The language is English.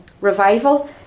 revival